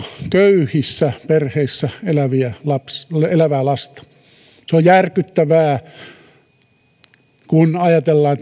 köyhissä perheissä elävää lasta se on järkyttävää kun ajatellaan